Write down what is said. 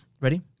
Ready